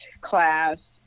class